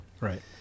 Right